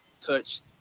touched